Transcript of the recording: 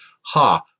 ha